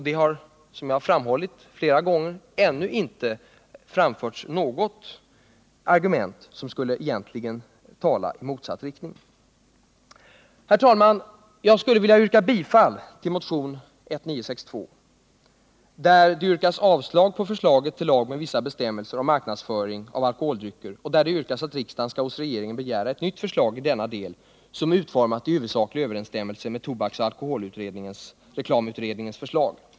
Det har, som jag framhållit flera gånger, ännu inte anförts något argument som egentligen skulle tala i motsatt riktning. Herr talman! Jag skulle egentligen vilja yrka bifall till motionen 1962, där det yrkas avslag på förslaget till lag med vissa bestämmelser om marknadsföring av alkoholdrycker och där det yrkas att riksdagen skall hos regeringen begära ett nytt förslag i denna del som är utformat i huvudsaklig överensstämmelse med tobaksoch alkoholreklamutredningens förslag.